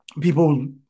people